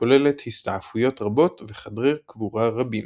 כוללת הסתעפויות רבות וחדרי קבורה רבים.